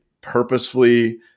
purposefully